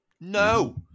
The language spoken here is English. No